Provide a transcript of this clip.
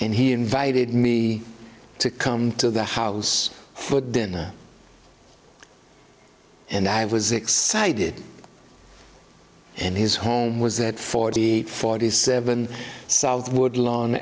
and he invited me to come to the house for dinner and i was excited and his home was at forty forty seven south woodlawn